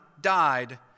died